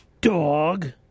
Dog